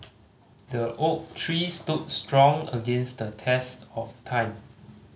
the oak tree stood strong against the test of time